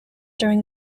during